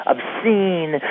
obscene